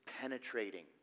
penetrating